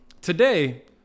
Today